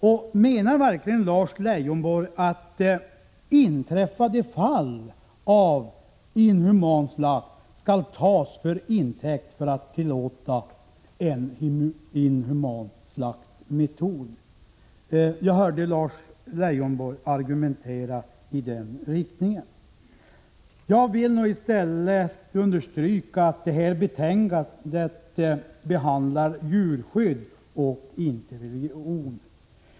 Och menar verkligen Lars Leijonborg att inträffade fall av inhuman slakt skall tas till intäkt för att tillåta en inhuman slaktmetod? Jag hörde Lars Leijonborg argumentera i den riktningen. Jag vill i stället understryka att betänkandet behandlar djurskydd och inte religion.